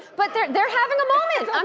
but they're they're having a moment, um